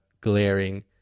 glaring